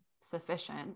sufficient